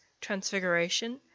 Transfiguration